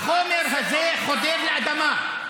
החומר הזה חודר לאדמה.